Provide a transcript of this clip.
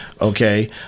Okay